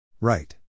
Right